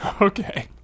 Okay